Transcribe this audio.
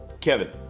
Kevin